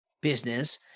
business